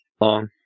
long